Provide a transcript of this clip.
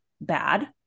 bad